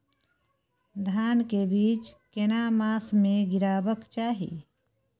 धान के बीज केना मास में गीराबक चाही?